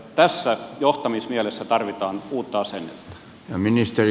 tässä johtamismielessä tarvitaan uutta asennetta